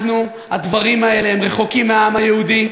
הדברים האלה רחוקים מהעם היהודי.